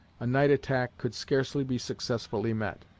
a night attack could scarcely be successfully met.